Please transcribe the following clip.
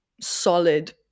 solid